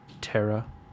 terra